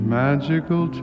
magical